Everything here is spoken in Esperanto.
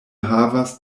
havas